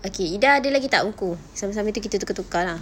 okay ida ada lagi tak buku sambil-sambil tu kita tukar-tukar lah